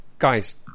Guys